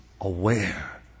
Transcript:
aware